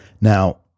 Now